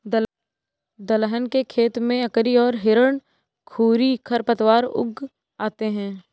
दलहन के खेत में अकरी और हिरणखूरी खरपतवार उग आते हैं